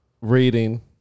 reading